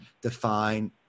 define